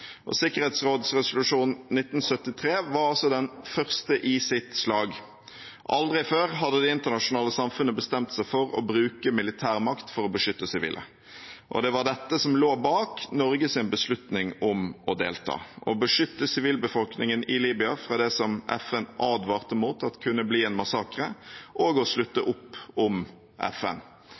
akutt. Sikkerhetsrådsresolusjon 1973 var altså den første i sitt slag. Aldri før hadde det internasjonale samfunnet bestemt seg for å bruke militær makt for å beskytte sivile. Det var dette som lå bak Norges beslutning om å delta – å beskytte sivilbefolkningen i Libya fra det som FN advarte mot at kunne bli en massakre, og å slutte opp om FN.